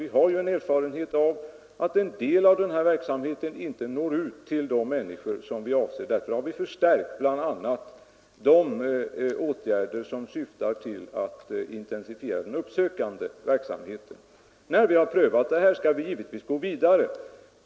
Vi har ju erfarenhet av att en del av dem inte når ut till människor på sätt som vi avser, och därför har vi förstärkt bl.a. de åtgärder som syftar till att intensifiera den uppsökande verksamheten. När vi har prövat det här skall vi givetvis gå vidare.